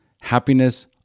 Happiness